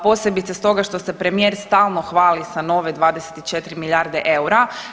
Posebice s toga što se premijer stalno hvali sa nove 24 milijarde eura.